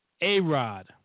A-Rod